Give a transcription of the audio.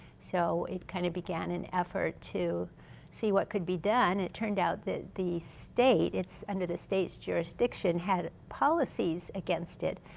so it kind of began an effort to see what could be done. turned out that the state, it's under the state's jurisdiction, had policies against it.